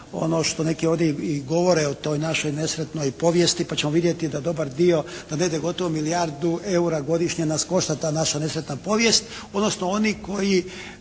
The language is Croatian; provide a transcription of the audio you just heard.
ono što neki ovdje i govore o toj našoj nesretnoj povijesti pa ćemo vidjeti da dobar dio, da negdje gotovo milijardu EUR-a godišnje nas košta ta naša nesretna povijest odnosno oni koji